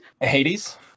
Hades